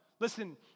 Listen